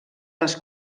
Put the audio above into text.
les